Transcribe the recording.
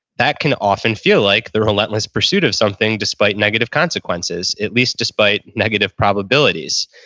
that can often feel like the relentless pursuit of something despite negative consequences, at least despite negative probabilities.